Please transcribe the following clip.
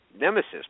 nemesis